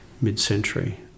mid-century